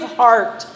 heart